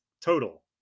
total